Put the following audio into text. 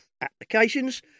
applications